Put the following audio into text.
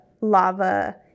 lava